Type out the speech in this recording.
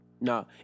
Nah